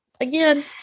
again